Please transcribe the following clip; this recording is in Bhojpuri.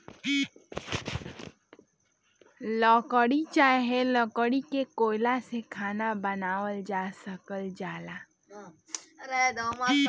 लकड़ी चाहे लकड़ी के कोयला से खाना बनावल जा सकल जाला